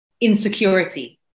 insecurity